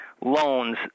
loans